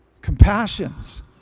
Compassions